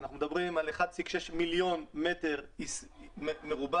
אנחנו מדברים על 1.6 מיליון מ"ר עסקי,